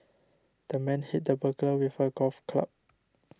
the man hit the burglar with a golf club